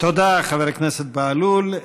תודה, חבר הכנסת בהלול.